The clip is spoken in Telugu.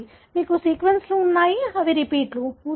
మీకు సీక్వెన్స్లు ఉన్నాయి అవి రిపీట్లు